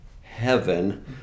heaven